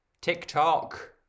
TikTok